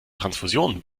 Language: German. transfusionen